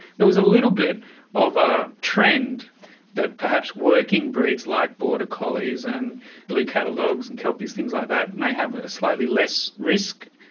there was a little bit of a trend that perhaps working breeds like border collies and blue cattle dogs and kelpies, things like that may have a slightly less risk,